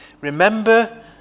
Remember